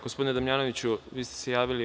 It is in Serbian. Gospodine Damjanoviću, vi ste se javili.